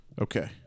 Okay